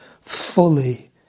fully